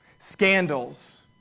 Scandals